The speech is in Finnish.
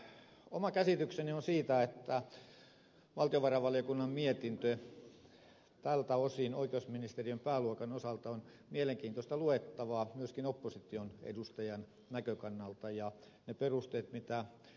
oma käsitykseni on että valtiovarainvaliokunnan mietintö tältä oikeusministeriön pääluokan osalta on mielenkiintoista luettavaa myöskin opposition edustajan näkökannalta ja ne perusteet mitä ed